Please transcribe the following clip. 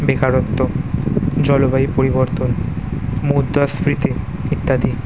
বেকারত্ব জলবায়ু পরিবর্তন মুদ্রাস্ফীতি ইত্যাদি